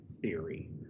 theory